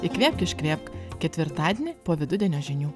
įkvėpk iškvėpk ketvirtadienį po vidudienio žinių